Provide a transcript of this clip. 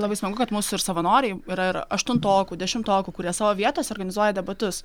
labai smagu kad mūsų ir savanoriai yra ir aštuntokų dešimtokų kurie savo vietose organizuoja debatus